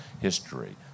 history